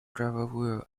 правовую